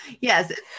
Yes